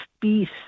peace